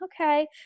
okay